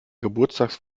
geburtstags